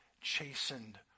chastened